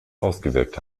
ausgewirkt